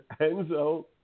Enzo